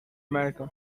america